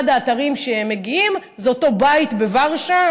אחד האתרים שמגיעים אליהם זה אותו בית בוורשה,